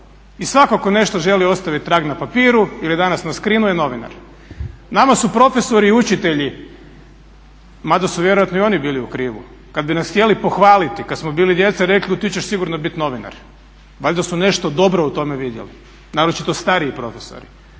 i svatko tko nešto želi ostaviti trag na papiru ili dana na screenu je novinar. Nama su profesori i učitelji, ma da su vjerojatno i oni bili u krivu, kad bi nas htjeli pohvaliti kad smo bili djeca rekli ti ćeš sigurno biti novinar. Valjda su nešto dobro u tome vidjeli, naročito stariji profesori.